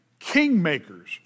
kingmakers